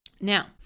now